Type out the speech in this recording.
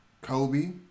Kobe